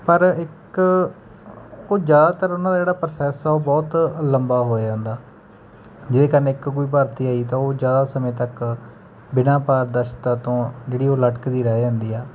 ਪਰ ਇੱਕ ਉਹ ਜ਼ਿਆਦਾਤਰ ਉਨ੍ਹਾਂ ਦਾ ਜਿਹੜਾ ਪ੍ਰੋਸੈਸ ਹੈ ਉਹ ਬਹੁਤ ਲੰਬਾ ਹੋ ਜਾਂਦਾ ਜਿਹਦੇ ਕਾਰਨ ਇੱਕ ਕੋਈ ਭਰਤੀ ਆਈ ਤਾਂ ਉਹ ਜ਼ਿਆਦਾ ਸਮੇਂ ਤੱਕ ਬਿਨਾਂ ਪਾਰਦਰਸ਼ਤਾ ਤੋਂ ਜਿਹੜੀ ਉਹ ਲਟਕਦੀ ਰਹਿ ਜਾਂਦੀ ਆ